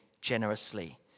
generously